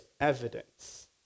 evidence